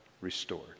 restored